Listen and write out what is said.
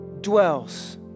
dwells